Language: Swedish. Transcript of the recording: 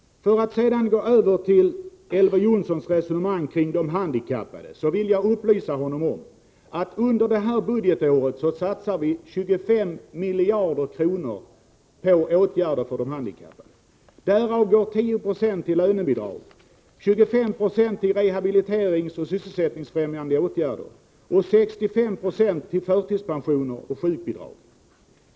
För att övergå till Elver Jonssons resonemang om de handikappade vill jag upplysa honom om att vi under innevarande budgetår satsar vi 25 miljarder kronor på åtgärder för de handikappade. Därav går 10 90 till lönebidrag, 25 9; till rehabiliteringsåtgärder och sysselsättningsfrämjande åtgärder och 65 96 till förtidspensioner och sjukbidrag.